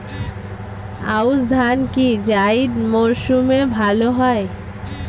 আউশ ধান কি জায়িদ মরসুমে ভালো হয়?